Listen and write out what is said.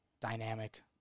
dynamic